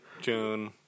June